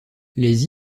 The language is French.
les